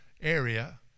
area